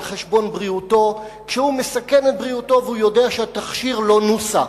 על-חשבון בריאותו כשהוא מסכן את בריאותו והוא יודע שהתכשיר לא נוסה,